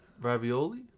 ravioli